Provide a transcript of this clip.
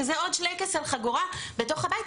וזה עוד שלייקס על חגורה בתוך הבית,